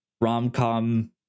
rom-com